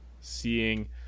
seeing